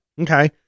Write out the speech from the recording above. Okay